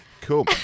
Cool